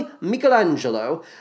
Michelangelo